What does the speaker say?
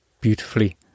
beautifully